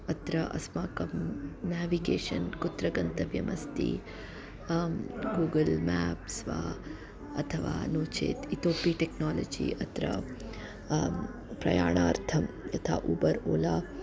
अत्र अस्माकं नाविगेशन् कुत्र गन्तव्यमस्ति गूगल् माप्स् वा अथवा नो चेत् इतोऽपि टेक्नालजि अत्र प्रयाणार्थं यथा उबर् ओला